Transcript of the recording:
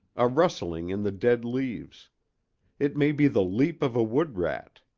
a rustling in the dead leaves it may be the leap of a wood-rat,